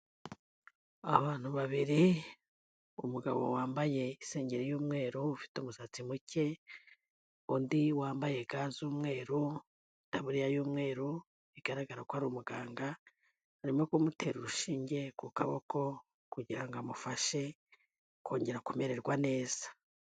Abantu babiri, umugabo wambaye isengeri y'umweru, ufite umusatsi muke, undi wambaye ga z'umweru, itaburiya y'umweru, bigaragara ko ari umuganga, arimo kumutera urushinge ku kaboko kugira ngo amufashe kongera kumererwa neza.